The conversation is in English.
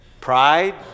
Pride